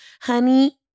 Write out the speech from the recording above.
honey